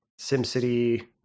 SimCity